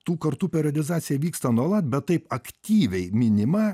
tų kartų periodizacija vyksta nuolat bet taip aktyviai minima